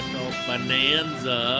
Bonanza